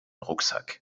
rucksack